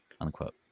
unquote